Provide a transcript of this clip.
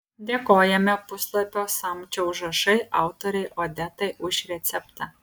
dėkojame puslapio samčio užrašai autorei odetai už receptą